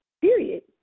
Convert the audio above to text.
Period